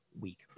Week